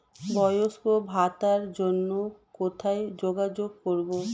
বয়স্ক ভাতার জন্য কোথায় যোগাযোগ করব?